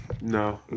no